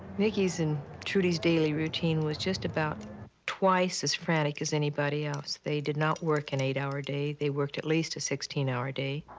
mickey's and trudy's daily routine was just about twice as frantic as anybody else. they did not work an eight hour day. they worked at least a sixteen hour day.